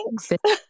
thanks